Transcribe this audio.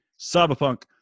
Cyberpunk